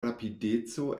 rapideco